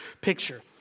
picture